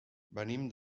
venim